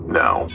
now